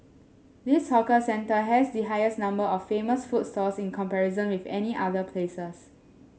this hawker centre has the highest number of famous food in comparison with any other places